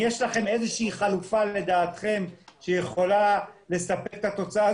אם יש לכם חלופה שיכולה לספק את התוצאה,